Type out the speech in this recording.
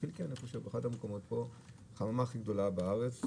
באחד המקומות פה ברמה הכי גדולה בארץ,